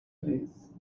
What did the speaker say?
please